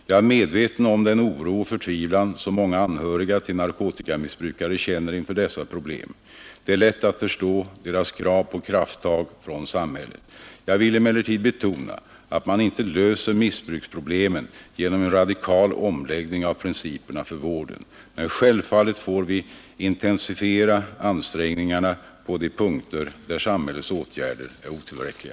Jag är medveten om den oro och förtvivlan som många anhöriga till narkotikamissbrukare känner inför dessa problem. Det är lätt att förstå deras krav på krafttag från samhället. Jag vill emellertid betona att man inte löser missbruksproblemen genom en radikal omläggning av principerna för vården. Men självfallet får vi intensifiera ansträngningarna på de punkter där samhällets åtgärder är otillräckliga.